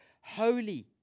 holy